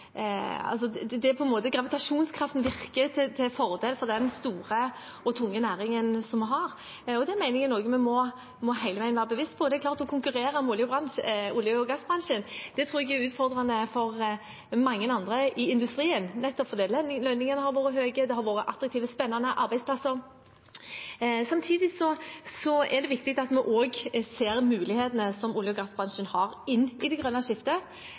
tunge næringen. Det mener jeg er noe vi hele veien må være bevisst på. Å konkurrere mot olje- og gassbransjen, tror jeg er utfordrende for mange andre industrier, for lønningene har vært høye der, og det har vært attraktive og spennende arbeidsplasser. Samtidig er det viktig at vi ser mulighetene som olje- og gassbransjen har inn i det grønne skiftet.